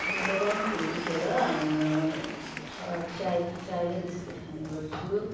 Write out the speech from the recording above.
म चाहिँ बिहानखेरि उठेर छ चाय चाय र बिस्किट खाने गर्छु